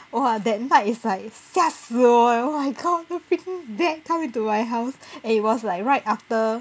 !wah! that night is like 吓死我 eh oh my god freaking bat come into my house and it was like right after